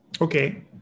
Okay